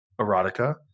Erotica